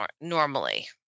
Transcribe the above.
normally